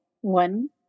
One